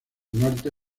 norte